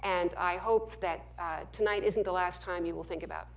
and i hope that tonight isn't the last time you will think about